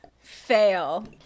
fail